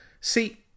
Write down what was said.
See